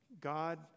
God